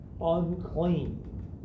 unclean